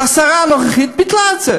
והשרה הנוכחית ביטלה את זה.